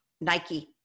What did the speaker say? Nike